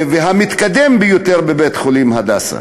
והמתקדם ביותר בבית-החולים "הדסה".